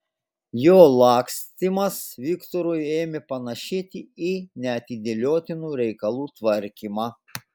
jo lakstymas viktorui ėmė panašėti į neatidėliotinų reikalų tvarkymą